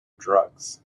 drugs